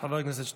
חבר הכנסת שטרן.